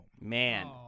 Man